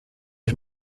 ich